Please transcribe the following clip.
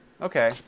okay